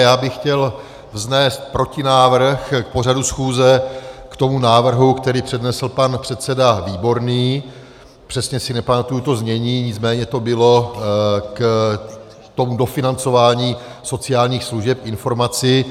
Já bych chtěl vznést protinávrh k pořadu schůze k tomu návrhu, který přednesl pan předseda Výborný, přesně si nepamatuji to znění, nicméně to bylo k tomu dofinancování sociálních služeb informaci.